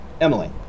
Emily